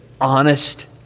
honest